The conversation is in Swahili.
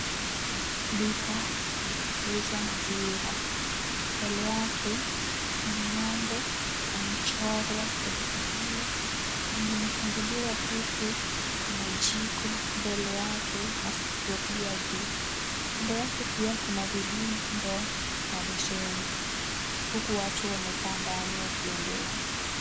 Duka la kuuza maziwa. Mbele yake kuna ng'ombe amechorwa kwa duka hilo, na limefunguliwa huku kuna jiko mbele yake na sufuria juu. Kando yake pia kuna vibuyu, ndoo na besheni, huku watu wamekaa ndani wakiongea.